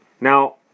Now